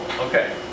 Okay